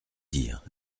dire